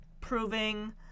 proving